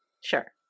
Sure